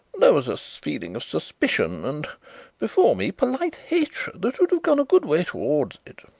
there was a feeling of suspicion and before me polite hatred that would have gone a good way towards it.